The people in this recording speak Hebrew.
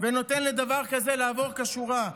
ונותן לדבר כזה לעבור כשורה?